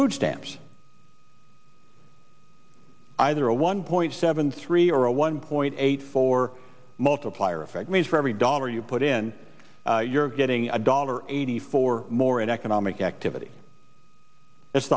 food stamps either a one point seven three or a one point eight for multiplier effect means for every dollar you put in you're getting a dollar eighty four more in economic activity